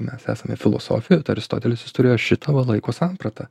mes esame filosofijo tai aristotelis jis turėjo šitą va laiko sampratą